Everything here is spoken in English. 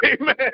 Amen